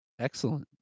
Excellent